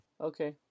Okay